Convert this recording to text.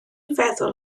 feddwl